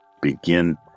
begin